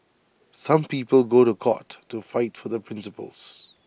some people go to court to fight for their principles